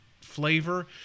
flavor